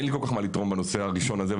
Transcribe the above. אין לי כל כך מה לתרום בנושא הראשון הזה,